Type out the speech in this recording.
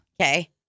Okay